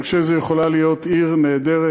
אני חושב שזו יכולה להיות עיר נהדרת.